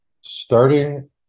Starting